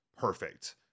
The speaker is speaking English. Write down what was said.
Perfect